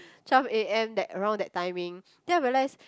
twelve a_m that around that timing then I realise